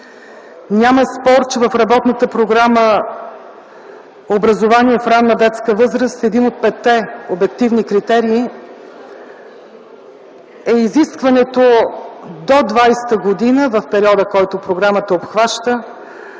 Няма спор, че в Работната програма „Образование в ранна детска възраст” един от петте обективни критерия е изискването до 2020 г. в периода, който програмата обхваща,